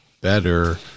better